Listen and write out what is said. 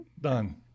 done